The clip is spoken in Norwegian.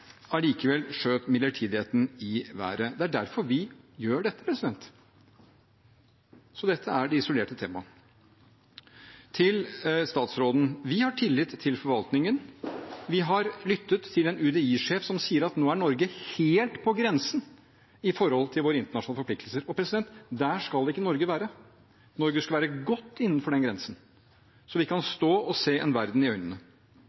Allikevel skjøt midlertidigheten i været. Det er derfor vi gjør dette. Dette er de isolerte temaene. Til statsråden: Vi har tillit til forvaltningen. Vi har lyttet til en UDI-sjef som sier at nå er Norge helt på grensen i forhold til våre internasjonale forpliktelser. Der skal ikke Norge være. Norge skal være godt innenfor den grensen, så vi kan stå og se verden i øynene.